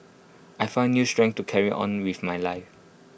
I found new strength to carry on with my life